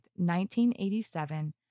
1987